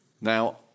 Now